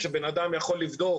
בן אדם יכול לבדוק